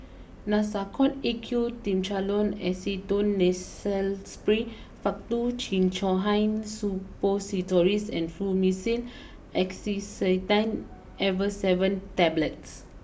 Nasacort A Q Triamcinolone Acetonide Nasal Spray Faktu Cinchocaine Suppositories and Fluimucil Acetylcysteine Effervescent Tablets